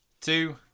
two